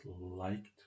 liked